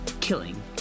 Killing